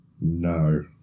No